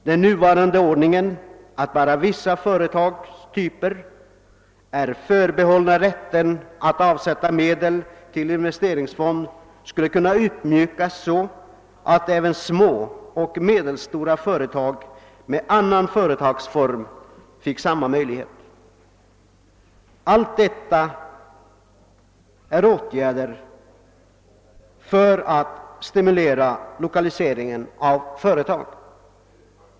Den nuvarande ordningen att bara vissa företagstyper är förbehållna rätten att avsätta medel till investeringsfond skulle kunna uppmjukas så, att även små och medelstora företag med annan företagsform fick samma möjligheter. Allt detta är åtgärder för att stimulera lokalisering av företag.